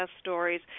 stories